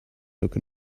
took